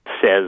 says